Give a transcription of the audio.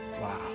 Wow